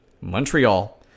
Montreal